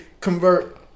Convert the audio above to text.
convert